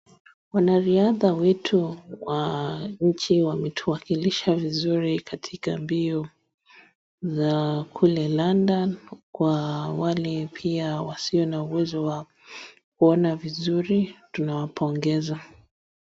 Wanariadha wetu wa nchi wametuakilisha vizuri katika mbio za kule London, kwa wale pia wasio na uwezo wa kuona vizuri tunawapongeza.